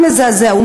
מזעזע,